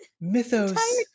mythos